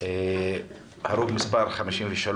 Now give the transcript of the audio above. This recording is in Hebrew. הרוג מס' 53